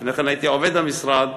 לפני כן הייתי עובד המשרד,